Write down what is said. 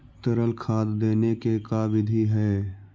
तरल खाद देने के का बिधि है?